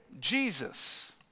Jesus